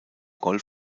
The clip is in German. golf